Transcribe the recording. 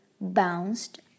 bounced